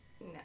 No